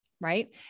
right